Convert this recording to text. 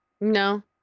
No